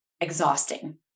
exhausting